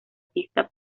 pista